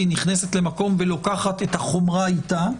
נכנסת למקום ולוקחת את החומרה איתה,